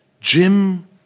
Jim